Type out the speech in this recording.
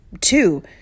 two